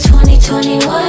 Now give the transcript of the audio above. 2021